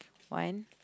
one